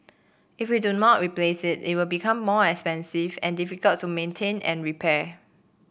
if we do not replace it it will become more expensive and difficult to maintain and repair